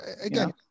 again